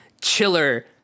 chiller